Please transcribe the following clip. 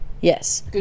Yes